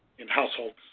in households,